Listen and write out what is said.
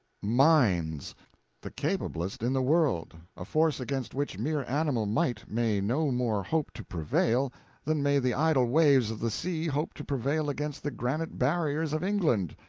minds the capablest in the world a force against which mere animal might may no more hope to prevail than may the idle waves of the sea hope to prevail against the granite barriers of england.